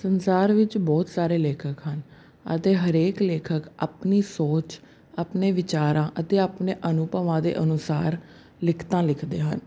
ਸੰਸਾਰ ਵਿੱਚ ਬਹੁਤ ਸਾਰੇ ਲੇਖਕ ਹਨ ਅਤੇ ਹਰੇਕ ਲੇਖਕ ਆਪਣੀ ਸੋਚ ਆਪਣੇ ਵਿਚਾਰਾਂ ਅਤੇ ਆਪਣੇ ਅਨੁਭਵਾਂ ਦੇ ਅਨੁਸਾਰ ਲਿਖਤਾਂ ਲਿਖਦੇ ਹਨ